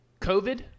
COVID